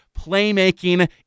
Playmaking